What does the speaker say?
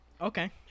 Okay